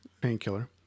Painkiller